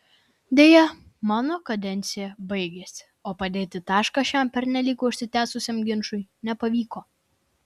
deja mano kadencija baigėsi o padėti tašką šiam pernelyg užsitęsusiam ginčui nepavyko